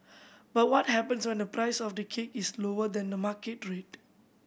but what happens when the price of the cake is lower than the market rate